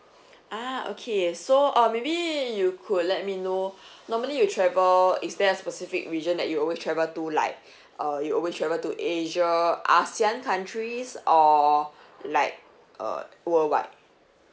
ah okay so uh maybe you could let me know normally you travel is there a specific region that you always travel to like uh you always travel to asia ASEAN countries or like uh worldwide